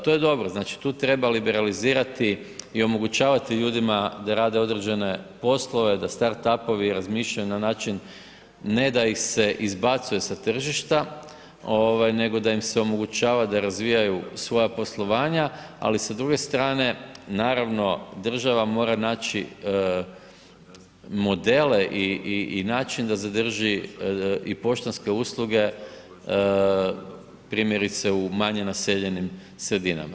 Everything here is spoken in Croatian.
To je dobro, znači tu treba liberalizirati i omogućavati ljudima da rade određene poslove, da start up-ovi razmišljaju na način ne da ih se izbacuje se tržišta, nego da im se omogućava da razvijaju svoja poslovanja, ali sa druge strane naravno država mora naći modele i način da zadrži i poštanske usluge primjerice u manje naseljenim sredinama.